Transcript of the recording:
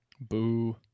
Boo